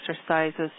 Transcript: exercises